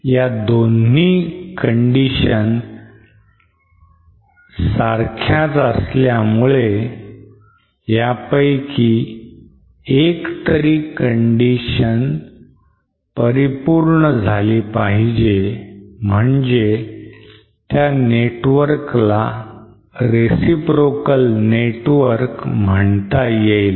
ह्या दोन्ही conditions सारख्याच असल्यामुळे यापैकी एकतरी condition झाली म्हणजे त्या network ला reciprocal network म्हणता येईल